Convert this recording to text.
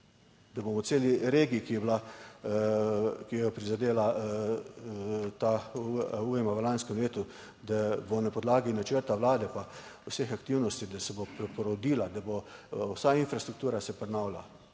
ki je bila, ki jo je prizadela ta ujma v lanskem letu, da bo na podlagi načrta Vlade pa vseh aktivnosti, da se bo preporodila, da bo vsa infrastruktura se prenavlja,